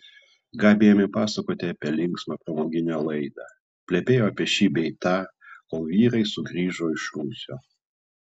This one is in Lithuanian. gabi ėmė pasakoti apie linksmą pramoginę laidą plepėjo apie šį bei tą kol vyrai sugrįžo iš rūsio